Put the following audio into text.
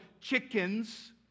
chickens